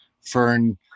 fern